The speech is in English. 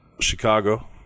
chicago